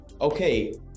okay